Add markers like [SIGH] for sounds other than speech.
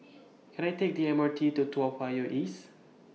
[NOISE] Can I Take The M R T to Toa Payoh East